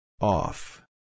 Off